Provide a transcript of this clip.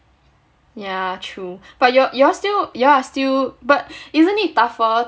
yeah true but you're you all you're still you all are still but isn't it tougher